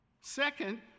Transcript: Second